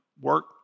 work